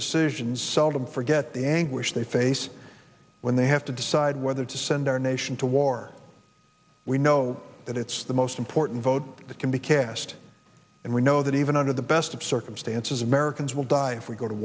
decisions seldom forget the anguish they face when they have to decide whether to send our nation to war we know that it's the most important vote that can be cast and we know that even under the best of circumstances americans will die if we go to